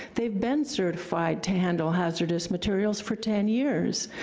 they've been certified to handle hazardous materials for ten years,